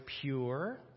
pure